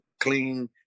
clean